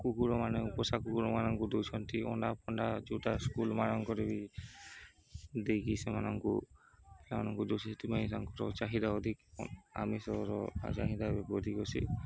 କୁକୁରମାନେ ପୋଷା କୁକୁରମାନଙ୍କୁ ଦେଉଛନ୍ତି ଅଣ୍ଡାଫଣ୍ଡା ଯେଉଁଟା ସ୍କୁଲ୍ମାନଙ୍କରେ ବି ଦେଇକି ସେମାନଙ୍କୁ ସେମାନଙ୍କୁ ଯୋଷ ସେଥିପାଇଁ ତାଙ୍କର ଚାହିଦା ଅଧିକ ଆମିଷର ଚାହିଦା ବି ଅଧିକ ଅଛି